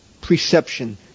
perception